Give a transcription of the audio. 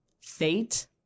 fate